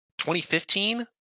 2015